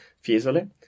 Fiesole